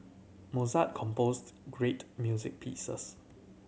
Mozart composed great music pieces